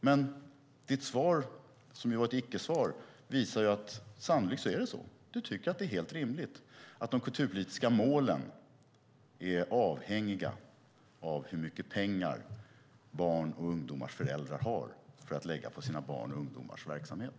Hans svar, som var ett icke-svar, visar att det sannolikt är så. Han tycker att det är helt rimligt att de kulturpolitiska målen är avhängiga av hur mycket pengar barns och ungdomars föräldrar har att lägga på sina barns och ungdomars verksamhet.